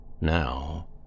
Now